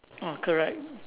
ah correct